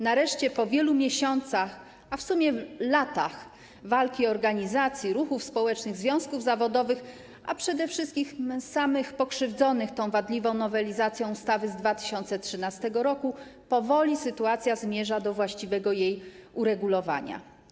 Nareszcie, po wielu miesiącach, a w sumie latach walki organizacji, ruchów społecznych, związków zawodowych, a przede wszystkim samych pokrzywdzonych przez tę wadliwą nowelizację ustawy z 2013 r., powoli sytuacja zmierza do właściwego jej uregulowania.